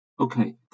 Okay